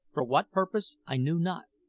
for what purpose i knew not,